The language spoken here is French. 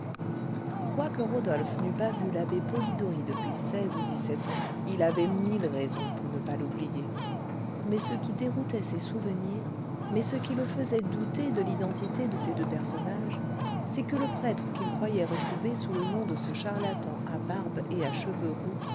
quoique rodolphe n'eût pas vu l'abbé polidori depuis seize ou dix-sept ans il avait mille raisons pour ne pas l'oublier mais ce qui déroutait ses souvenirs mais ce qui le faisait douter de l'identité de ces deux personnages c'est que le prêtre qu'il croyait retrouver sous le nom de ce charlatan à barbe et à cheveux roux